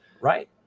Right